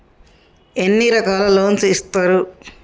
ఎన్ని రకాల లోన్స్ ఇస్తరు?